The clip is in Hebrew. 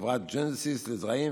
חברת ג'נסיס לזרעים,